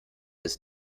ist